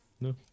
No